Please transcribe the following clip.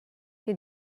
you